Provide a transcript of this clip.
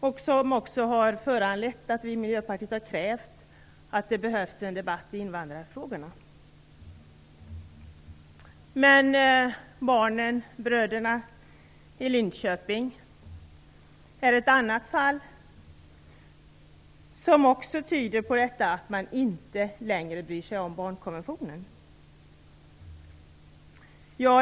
Det är också den som har gjort att vi i Miljöpartiet har krävt en debatt i invandrarfrågorna. Bröderna i Lidköping är ett annat fall som också tyder på att man inte längre bryr sig om barnkonventionen.